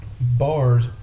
bars